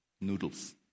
noodles